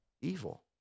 evil